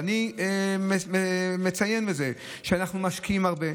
ואני מציין שאנחנו משקיעים הרבה,